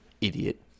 Idiot